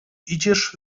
idziesz